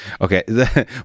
Okay